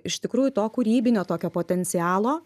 iš tikrųjų to kūrybinio tokio potencialo